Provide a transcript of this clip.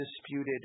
disputed